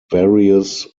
various